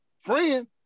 friend